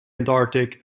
antarctic